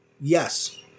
Yes